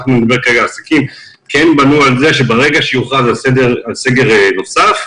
העסקים כן בנו על כך שברגע שיוחלט על סגר נוסף,